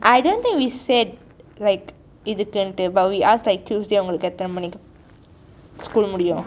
I don't think we said like இதற்கு:itharku but we asked like tuesday உங்களுக்கு எத்தனை மணி:unkalukku ethanai mani school முடியும்:mudiyum